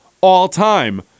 all-time